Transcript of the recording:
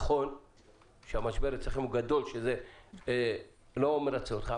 נכון שהמשבר אצלכם הוא גדול וזה לא מרצה אותך,